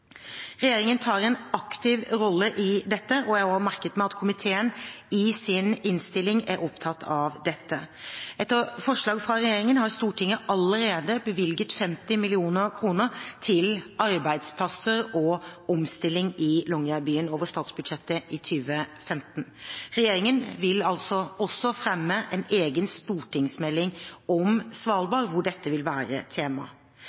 Regjeringen tar en aktiv rolle i dette, og jeg har merket meg at komiteen i sin innstilling er opptatt av dette. Etter forslag fra regjeringen har Stortinget allerede bevilget 50 mill. kr over statsbudsjettet i 2015 til arbeidsplasser og omstilling i Longyearbyen. Regjeringen vil også fremme en egen stortingsmelding om Svalbard, hvor dette vil være tema.